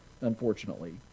unfortunately